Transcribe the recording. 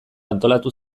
antolatu